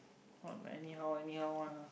not anyhow anyhow one lah